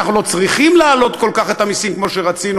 אנחנו לא צריכים להעלות כל כך את המסים כמו שרצינו.